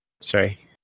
Sorry